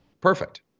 Perfect